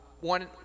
One